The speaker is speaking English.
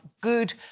good